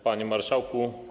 Panie Marszałku!